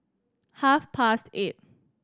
half past eight